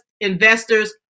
investors